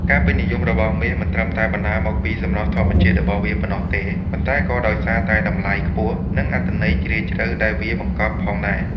ការពេញនិយមរបស់មាសមិនត្រឹមតែបណ្ដាលមកពីសម្រស់ធម្មជាតិរបស់វាប៉ុណ្ណោះទេ ប៉ុន្តែក៏ដោយសារតែតម្លៃខ្ពស់ និងអត្ថន័យជ្រាលជ្រៅដែលវាបង្កប់ផងដែរ។